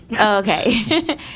Okay